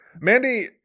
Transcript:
Mandy